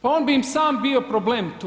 Pa on bi im sam bio problem tu.